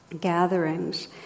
gatherings